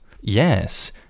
Yes